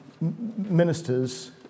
ministers